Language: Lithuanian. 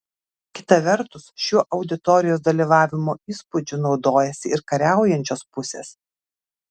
kita vertus šiuo auditorijos dalyvavimo įspūdžiu naudojasi ir kariaujančios pusės